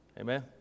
Amen